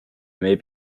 might